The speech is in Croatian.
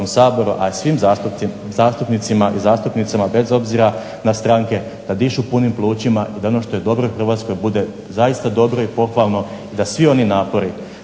a svim zastupnicima i zastupnicama, bez obzira na stranke, da dišu punim plućima i da je ono što je dobro u Hrvatskoj bude zaista dobro i pohvalno, i da svi oni napori,